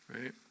right